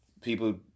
People